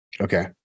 Okay